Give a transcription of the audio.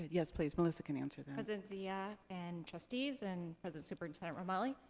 yes, please. melissa can answer that. president zia, and trustees, and president-superintendent romali,